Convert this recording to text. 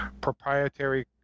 proprietary